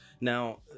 Now